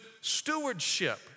stewardship